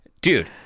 dude